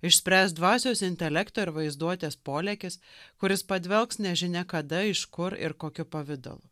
išspręs dvasios intelekto ir vaizduotės polėkis kuris padvelks nežinia kada iš kur ir kokiu pavidalu